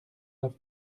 neuf